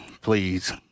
Please